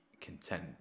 content